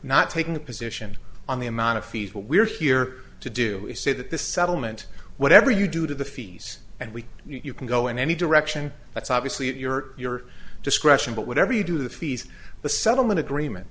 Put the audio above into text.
not taking a position on the amount of fees what we're here to do is say that this settlement whatever you do to the fees and we you can go in any direction that's obviously at your your discretion but whatever you do the fees the settlement agreement